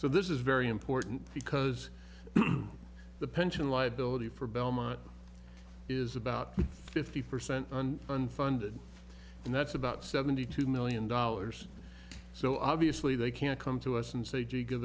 so this is very important because the pension liability for belmont is about fifty percent unfunded and that's about seventy two million dollars so obviously they can come to us and say gee give